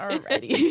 Already